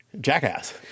jackass